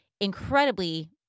incredibly